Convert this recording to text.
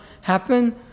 happen